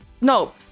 no